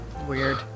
weird